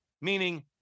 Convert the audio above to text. meaning